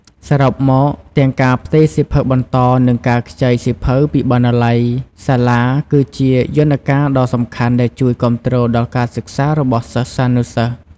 សរុបមក ទាំងការផ្ទេរសៀវភៅបន្ត និងការខ្ចីសៀវភៅពីបណ្ណាល័យសាលា គឺជាយន្តការដ៏សំខាន់ដែលជួយគាំទ្រដល់ការសិក្សារបស់សិស្សានុសិស្ស។